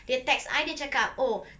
dia text I dia cakap oh